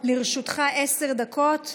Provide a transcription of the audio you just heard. לרשותך עשר דקות.